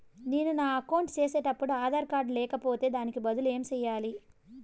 నేను నా అకౌంట్ సేసేటప్పుడు ఆధార్ కార్డు లేకపోతే దానికి బదులు ఏమి సెయ్యాలి?